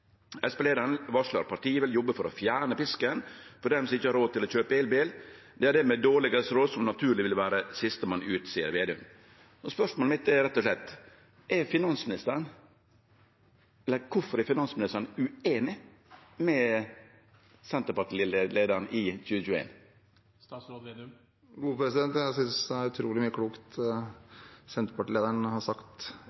varsler at partiet vil jobbe for «å fjerne pisken for dem som ikke har råd til å kjøpe elbil». Det er de med dårligst råd som naturlig vil være sistemann ut, sier Vedum.» Spørsmålet mitt er rett og slett: Kvifor er finansministeren ueinig med senterpartileiaren i 2019? Jeg synes det er utrolig mye klokt senterpartilederen har sagt i 2019. Jeg er vel ikke veldig objektiv til å vurdere det,